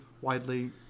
widely